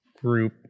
group